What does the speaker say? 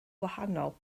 wahanol